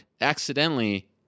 accidentally